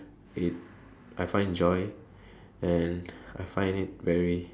it I find joy and I find it very